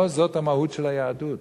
לא זאת המהות של היהדות.